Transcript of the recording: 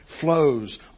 flows